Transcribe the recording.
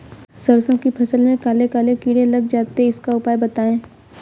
सरसो की फसल में काले काले कीड़े लग जाते इसका उपाय बताएं?